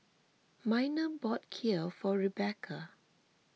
Miner bought Kheer for Rebekah